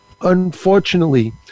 unfortunately